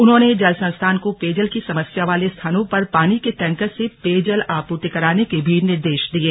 उन्होंने जल संस्थान को पेयजल की समस्या वाले स्थानों पर पानी के टैंकर से पेयजल आपूर्ति कराने के भी निर्देश दिये